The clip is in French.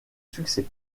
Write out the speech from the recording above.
succès